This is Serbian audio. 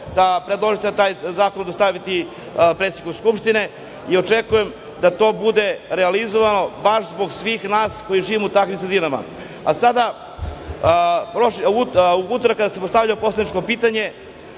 da predložim taj zakon i dostaviti predsedniku Skupštine. Očekujem da to bude realizovano baš zbog svih nas koji živimo u takvim sredinama.U utorak kada sam postavljao poslaničko pitanje,